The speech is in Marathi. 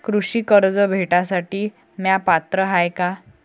कृषी कर्ज भेटासाठी म्या पात्र हाय का?